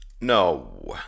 No